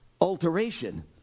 alteration